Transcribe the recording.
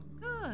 Good